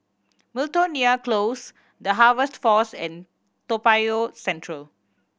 Miltonia Close The Harvest Force and Toa Payoh Central